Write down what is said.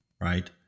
right